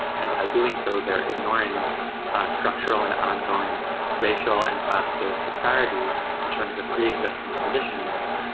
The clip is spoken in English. and by doing so, they're ignoring structural and ongoing racial and class based disparity in terms of pre-existing conditions,